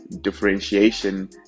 differentiation